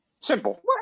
Simple